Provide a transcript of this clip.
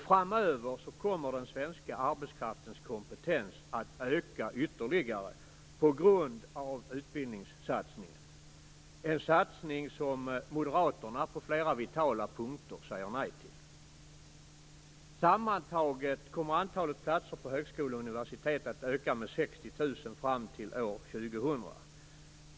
Framöver kommer den svenska arbetskraftens kompetens att öka ytterligare på grund av utbildningssatsningen - en satsning som moderaterna på flera vitala punkter säger nej till. Sammantaget kommer antalet platser på högskola och universitet att öka med 60 000 fram till år 2000.